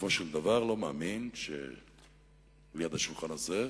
שבסופו של דבר לא מאמין שליד השולחן הזה,